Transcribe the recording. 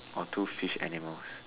or two fish animals